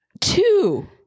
Two